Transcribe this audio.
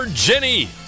Jenny